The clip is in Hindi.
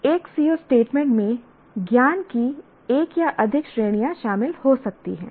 एक CO स्टेटमेंट में ज्ञान की एक या अधिक श्रेणियां शामिल हो सकती हैं